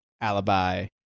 Alibi